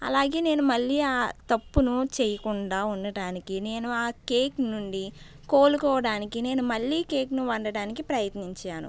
అలాగే నేను మళ్లీ ఆ తప్పును చేయకుండా ఉండడానికి నేను ఆ కేక్ నుండి కోలుకోవడానికి నేను మళ్ళీ కేక్ ని వండడానికి ప్రయత్నించాను